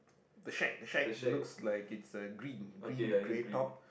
the shake the shake looks like is the green green with grey tops